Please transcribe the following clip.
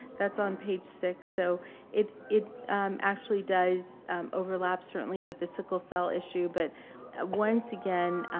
that's on page six. so it it actually does overlap, certainly, with the sickle cell issue. but once again,